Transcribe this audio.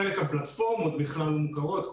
בחלק הפלטפורמות בכלל לא מוכרות,